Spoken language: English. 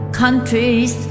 countries